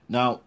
Now